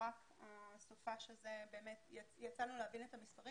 רק בסוף השבוע הזה יצא לנו להבין את המסרים,